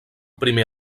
primer